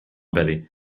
betty